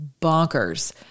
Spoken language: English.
bonkers